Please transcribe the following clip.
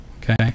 Okay